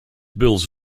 builds